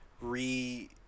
re